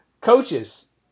coaches